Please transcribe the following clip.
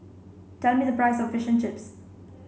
tell me the price of Fish and Chips